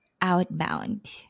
outbound